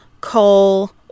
coal